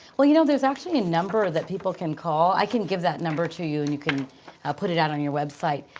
well, you know there's actually a number that people can call. i can give that number to you and you can put it out on your website.